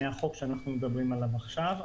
מהחוק שאנחנו מדברים עליו עכשיו.